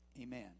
Amen